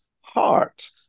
heart